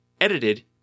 edited